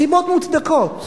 סיבות מוצדקות.